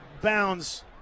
bounds